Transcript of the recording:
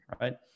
right